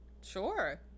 sure